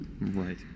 right